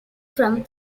from